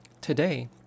today